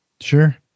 Sure